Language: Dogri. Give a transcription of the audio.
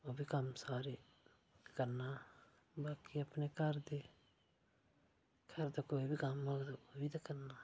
ओह् बी कम्म सारे करना बाकी अपने घर दे घर दा कोई बी कम्म होग ते ओह् बी ते करना